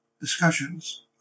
discussions